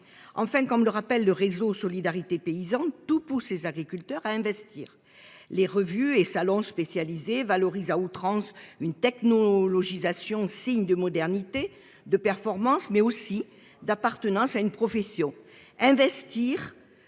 en fin, comme le rappelle le réseau Solidarité paysans tout pour ses agriculteurs à investir les revues et salons spécialisés valorise à outrance une technologie sation, signe de modernité de performance mais aussi d'appartenance à une profession